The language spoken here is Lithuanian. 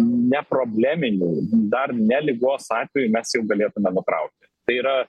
ne probleminių dar ne ligos atveju mes jau galėtume nutraukti tai yra